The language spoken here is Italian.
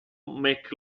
mac